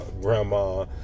grandma